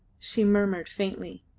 she murmured faintly,